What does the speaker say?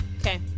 Okay